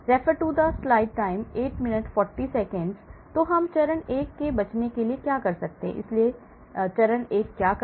तो हम चरण 1 से बचने के लिए क्या कर सकते हैं इसलिए चरण एक क्या करता है